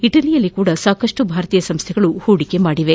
ಇಟಲಿಯಲ್ಲೂ ಸಾಕಷ್ಟು ಭಾರತೀಯ ಸಂಸ್ನೆಗಳು ಹೂಡಿಕೆ ಮಾಡಿವೆ